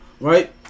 Right